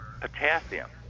potassium